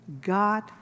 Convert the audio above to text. God